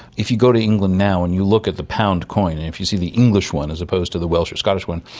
if you go to england now and you look at the pound coin and if you see the english one as opposed to the welsh or scottish one,